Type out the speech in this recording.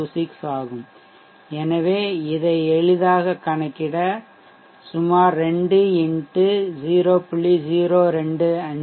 026 ஆகும் எனவே இதை எளிதாக கணக்கிட சுமார் 2 x 0